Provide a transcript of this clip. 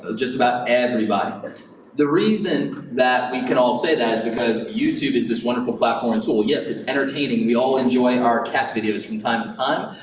just about everybody. but the reason that we can all say that is because youtube is this wonderful platform or and tool. yes, it's entertaining. we all enjoy our cat videos from time to time,